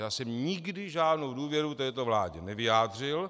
Já jsem nikdy žádnou důvěru této vládě nevyjádřil.